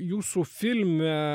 jūsų filme